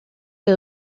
que